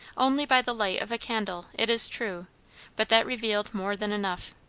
only by the light of a candle, it is true but that revealed more than enough.